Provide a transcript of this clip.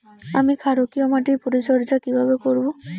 আমি ক্ষারকীয় মাটির পরিচর্যা কিভাবে করব?